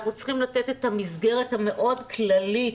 אנחנו צריכים לתת את המסגרת המאוד כללית